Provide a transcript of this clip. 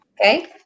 Okay